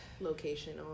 location